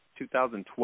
2012